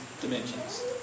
dimensions